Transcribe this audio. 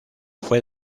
fue